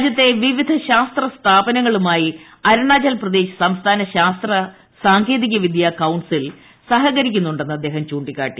രാജൃത്ത് ൂവിവിധ ശാസ്ത്ര സ്ഥാപനങ്ങളുമായി അരുണാചൽ പ്രദേശ് സംസ്ഥാന ശാസ്ത്ര സാങ്കേതികവിദ്യ കൌൺസിൽ സഹകരിക്കുന്നുണ്ടെന്ന് അദ്ദേഹം ചൂണ്ടിക്കാട്ടി